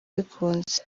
bikunze